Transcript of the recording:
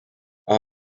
aho